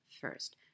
first